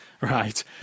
right